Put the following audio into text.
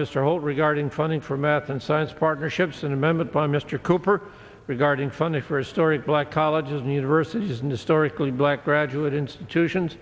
mr holt regarding funding for math and science partnerships and remembered by mr cooper regarding funding for a story black colleges and universities and historically black graduate institutions